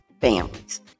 families